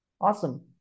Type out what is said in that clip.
awesome